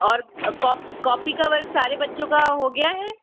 और कॉपी का वर्क सारे बच्चों का हो गया है